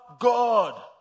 God